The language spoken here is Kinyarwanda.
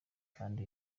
kandi